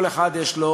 כל אחד יש לו